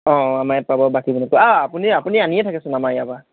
অঁ আমাৰ ইয়াত পাব বাকী আপুনি আপুনি আনিয়ে থাকেচোন আমাৰ ইয়াৰ পৰা